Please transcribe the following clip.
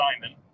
Simon